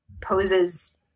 poses